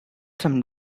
some